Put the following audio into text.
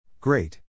Great